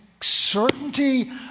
certainty